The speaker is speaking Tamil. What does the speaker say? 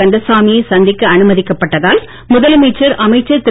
கந்தசாமியை சந்திக்க அனுமதிக்கப்பட்டதால் முதலமைச்சர் அமைச்சர் திரு